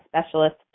specialist